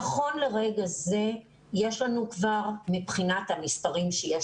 נכון לרגע זה יש לנו כבר מבחינת המספרים שאני